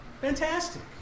Fantastic